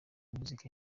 music